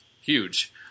huge